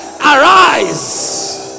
arise